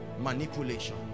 manipulation